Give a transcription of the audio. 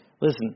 listen